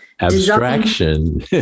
Abstraction